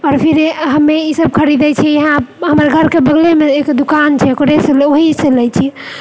आओर फिर हमे ई सब खरीदए छी यहाँ हमर घरके बगलेमे एक दुकान छै ओकरेसँ ओएहसँ लए छिऐ